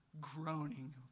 groaning